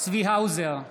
צבי האוזר,